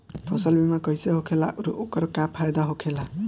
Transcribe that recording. फसल बीमा कइसे होखेला आऊर ओकर का फाइदा होखेला?